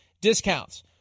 discounts